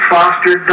Foster